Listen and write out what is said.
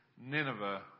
Nineveh